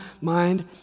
mind